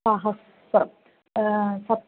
सहस्रं सप्